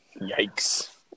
Yikes